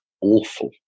awful